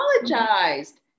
apologized